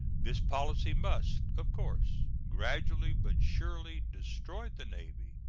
this policy must, of course, gradually but surely destroy the navy,